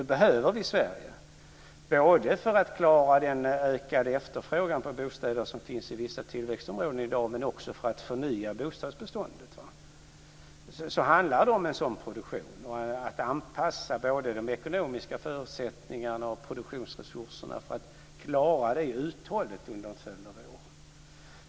Det behöver vi i Sverige för att klara den ökade efterfrågan på bostäder, som finns i vissa tillväxtområden i dag, men också för att förnya bostadsbeståndet. Det handlar om en sådan produktion och om att anpassa både de ekonomiska förutsättningarna och produktionsresurserna för att klara detta uthålligt under en följd av år.